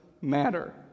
matter